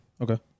Okay